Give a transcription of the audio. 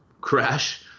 crash